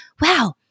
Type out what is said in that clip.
wow